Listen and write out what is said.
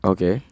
Okay